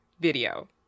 video